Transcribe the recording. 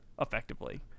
Effectively